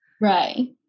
Right